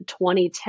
2010